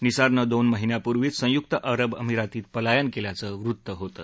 निसारनं दोन महिन्यांपूर्वीच संयुक्त अमिरातीत पलायन केल्याचं वृत्त होतं